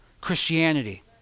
Christianity